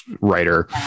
writer